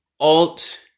Alt